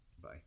Bye